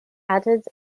added